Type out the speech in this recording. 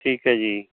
ਠੀਕ ਹੈ ਜੀ